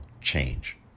change